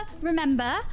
remember